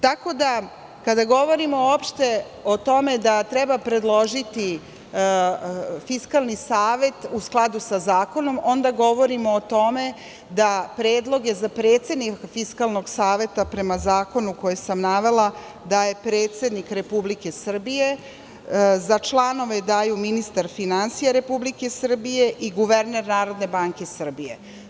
Tako da kada govorimo uopšte o tome da treba predložiti Fiskalni savet u skladu sa zakonom, onda govorimo o tome da predloge za predsednika Fiskalnog saveta, prema zakonu koji sam navela, daje predsednik Republike Srbije, za članove daju ministar finansija Republike Srbije i guverner Narodne banke Srbije.